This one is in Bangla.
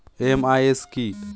এম.আই.এস কি?